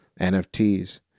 NFTs